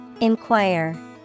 Inquire